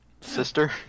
Sister